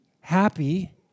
happy